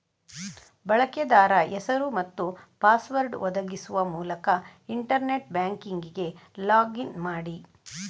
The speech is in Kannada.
ಬಳಕೆದಾರ ಹೆಸರು ಮತ್ತು ಪಾಸ್ವರ್ಡ್ ಒದಗಿಸುವ ಮೂಲಕ ಇಂಟರ್ನೆಟ್ ಬ್ಯಾಂಕಿಂಗಿಗೆ ಲಾಗ್ ಇನ್ ಮಾಡಿ